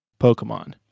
Pokemon